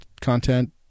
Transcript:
content